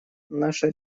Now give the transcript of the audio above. наша